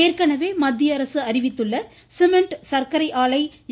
ஏற்கனவே மத்திய அரசு அறிவித்துள்ள சிமெண்ட் சர்க்கரை ஆலை எ